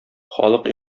халык